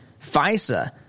FISA